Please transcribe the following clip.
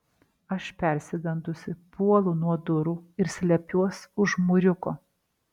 aš persigandusi puolu nuo durų ir slepiuos už mūriuko